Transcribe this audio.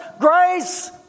grace